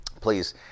please